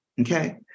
okay